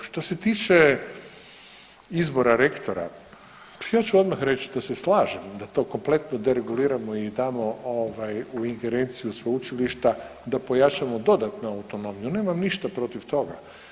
Što se tiče izbora rektora, pa ja ću odmah reći da se slažem da to kompletno dereguliramo i damo u ingerenciju sveučilišta, da pojačamo dodatno autonomiju, nemam ništa protiv toga.